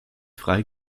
frei